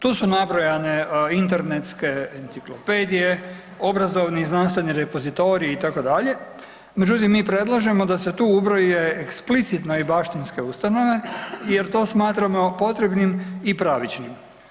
Tu su nabroja internetske enciklopedije, obrazovni i znanstveni repozitoriji, itd., međutim, mi predlažemo da se tu ubroje eksplicitne i baštinske ustanove jer to smatramo potrebnim i pravičnim.